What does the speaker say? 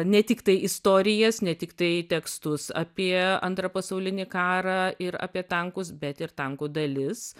ne tiktai istorijas ne tiktai tekstus apie antrą pasaulinį karą ir apie tankus bet ir tankų dalis